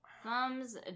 thumbs